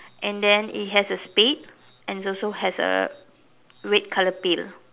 and then it has a spade and also has a red colour pail